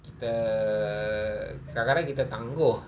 kita kadang-kadang kita tangguh